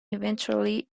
eventually